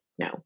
no